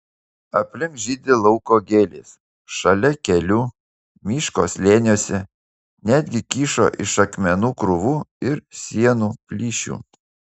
aplink žydi lauko gėlės šalia kelių miško slėniuose netgi kyšo iš akmenų krūvų ir sienų plyšių